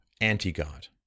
anti-God